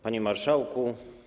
Panie Marszałku!